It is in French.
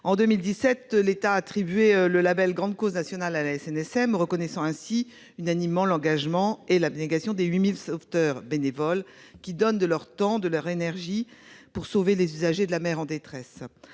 En 2017, l'État attribuait le label « grande cause nationale » à la SNSM, reconnaissant ainsi unanimement l'engagement et l'abnégation des 8 000 sauveteurs bénévoles, qui donnent de leur temps et de leur énergie pour sauver les usagers de la mer en détresse.